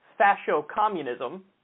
fascio-communism